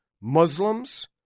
Muslims